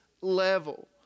level